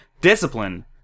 Discipline